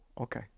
okay